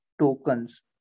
tokens